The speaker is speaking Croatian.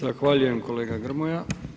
Zahvaljujem kolega Grmoja.